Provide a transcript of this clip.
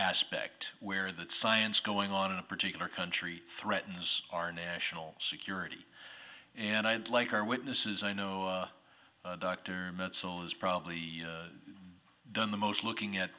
aspect where the science going on in a particular country threatens our national security and i'd like our witnesses i know so it's probably done the most looking at